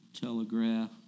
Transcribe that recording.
telegraph